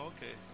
Okay